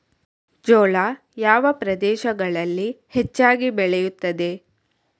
ಜೋಳ ಯಾವ ಪ್ರದೇಶಗಳಲ್ಲಿ ಹೆಚ್ಚಾಗಿ ಬೆಳೆಯುತ್ತದೆ?